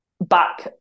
back